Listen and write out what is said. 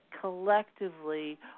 collectively